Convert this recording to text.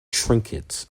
trinkets